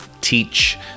teach